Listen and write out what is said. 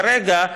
כרגע,